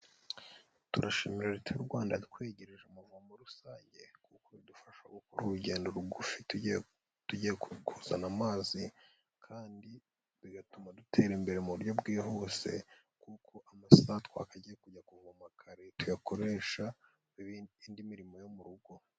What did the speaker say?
Turashimira leta y'u Rwanda yatwegereje amavomo rusange, kuko bidufasha gukora urugendo rugufi tugiye kuzana amazi, kandi bigatuma dutera imbere mu buryo bwihuse kuko amasaha twakagiye kujya kuvoma kare, tuyakoresha indi mirimo yo mu rugo.